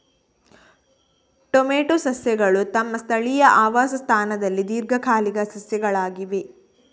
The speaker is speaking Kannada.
ಟೊಮೆಟೊ ಸಸ್ಯಗಳು ತಮ್ಮ ಸ್ಥಳೀಯ ಆವಾಸ ಸ್ಥಾನದಲ್ಲಿ ದೀರ್ಘಕಾಲಿಕ ಸಸ್ಯಗಳಾಗಿವೆ